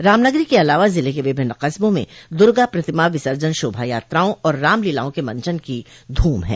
राम नगरो के अलावा जिले के विभिन्न कस्बो में दूर्गा प्रतिमा विसर्जन शोभा यात्राओं और राम लीलाओं के मंचन की धूम है